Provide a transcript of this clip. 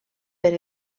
per